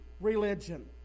religion